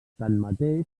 tanmateix